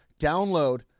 Download